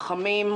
חכמים,